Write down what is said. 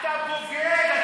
אתה בוגד.